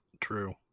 True